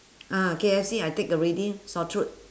ah K_F_C I take already sore throat